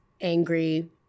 angry